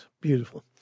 Beautiful